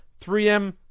3M